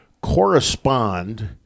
correspond